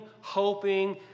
hoping